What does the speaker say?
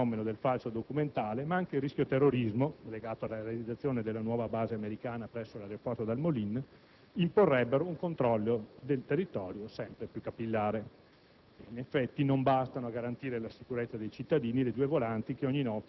difficoltà nell'identificazione degli stranieri, aggravata dal sempre più diffuso fenomeno del falso documentale, ma anche il rischio terrorismo, legato alla realizzazione della nuova base americana presso l'aeroporto «Dal Molin», imporrebbero un controllo del territorio sempre più capillare.